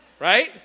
right